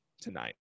tonight